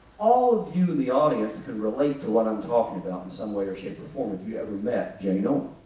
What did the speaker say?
all of you in the audience can relate to what i'm talking about in some way or shape or form if you ever met jane owen.